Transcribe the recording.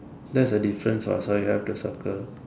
that's the difference so you have to circle